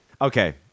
okay